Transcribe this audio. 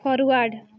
forward